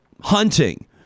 hunting